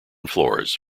floors